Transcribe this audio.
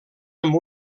amb